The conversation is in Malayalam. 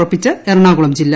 ഉറപ്പിച്ച് എറണാകുളം ജില്ല